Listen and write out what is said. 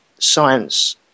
science